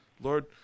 Lord